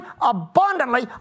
abundantly